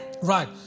Right